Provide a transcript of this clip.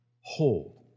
hold